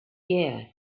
year